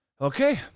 Okay